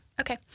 Okay